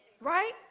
Right